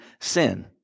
sin